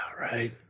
right